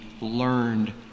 learned